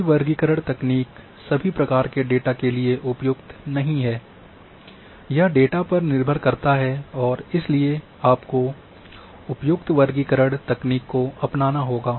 सभी वर्गीकरण तकनीक सभी प्रकार के डेटा के लिए उपयुक्त नहीं हैं यह डेटा पर निर्भर करता है और इसलिए आपको उपयुक्त वर्गीकरण तकनीक को अपनाना होगा